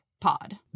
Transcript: pod